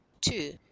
two